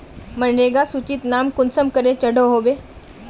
मनरेगा सूचित नाम कुंसम करे चढ़ो होबे?